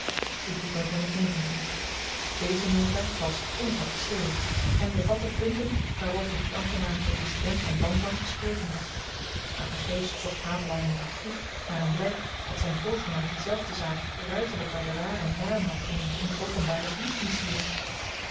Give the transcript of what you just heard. deze nota was in officieel en bevatte punten waarover die ambtenaar met den resident van bantam te spreken had maar vergeefs zocht havelaar in t archief naar een blyk dat zyn voorganger diezelfde zaak ruiterlyk by den waren naam had genoemd in een openbare